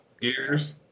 Gears